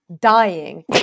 dying